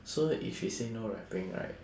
so if she say no rapping right